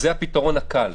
זה הפתרון הקל.